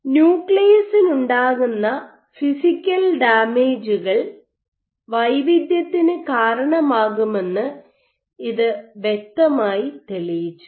ന്യൂക്ലിയസിന് ഉണ്ടാകുന്ന ഫിസിക്കൽ ഡാമേജുകൾ വൈവിധ്യത്തിന് കാരണമാകുമെന്ന് ഇത് വ്യക്തമായി തെളിയിച്ചു